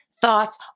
thoughts